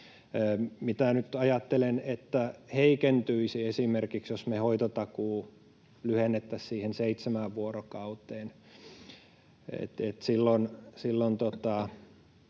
Mistä nyt ajattelen, että se heikentyisi, jos me esimerkiksi hoitotakuu lyhennettäisiin seitsemään vuorokauteen? Silloin